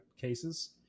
cases